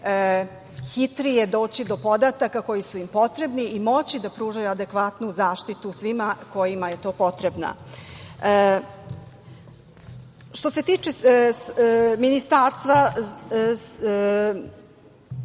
hitrije doći do podataka koji su im potrebni i moći da pruže adekvatnu zaštitu svima kojima je to potrebno. Što se tiče Ministarstva,